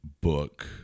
book